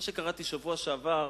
מה שקראתי בשבוע שעבר,